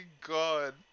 god